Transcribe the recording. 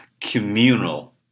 communal